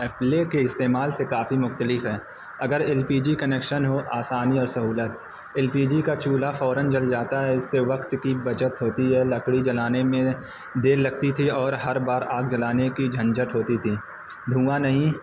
اپلے کے استعمال سے کافی مختلف ہے اگر ایل پی جی کنیکشن ہو آسانی اور سہولت ایل پی جی کا چولہا فوراً جل جاتا ہے اس سے وقت کی بچت ہوتی ہے لکڑی جلانے میں دیر لگتی تھی اور ہر بار آگ جلانے کی جھنجھٹ ہوتی تھی دھواں نہیں